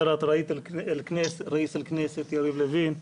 כבוד יושב-ראש הכנסת, יריב לוין,